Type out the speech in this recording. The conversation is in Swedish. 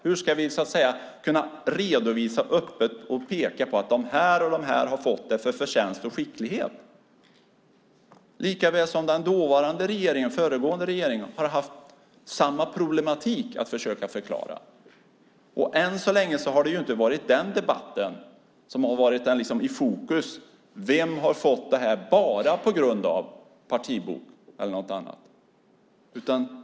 Hur ska vi kunna redovisa öppet och peka på att de här personerna har blivit utnämnda efter förtjänst och skicklighet? Det är samma problematik som den föregående regeringen har haft att försöka förklara. Än så länge har det inte varit den debatten som har varit i fokus: Vem har fått det här bara på grund av partibok eller något annat?